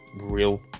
real